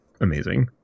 amazing